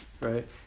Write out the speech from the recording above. right